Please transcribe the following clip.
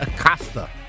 Acosta